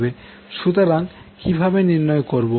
সুতরাং কি ভাবে নির্ণয় করবো